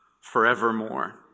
forevermore